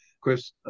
Chris